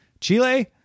Chile